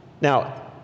Now